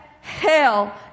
hell